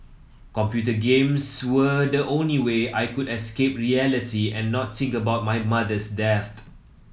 computer games were the only way I could escape reality and not think about my mother's death